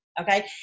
okay